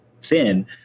thin